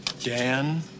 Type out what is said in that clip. Dan